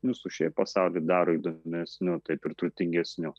mūsų šiaip pasaulį daro įdomesniu taip ir turtingesniu